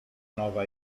nova